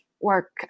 work